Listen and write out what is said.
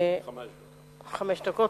חמש דקות.